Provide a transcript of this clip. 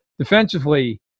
defensively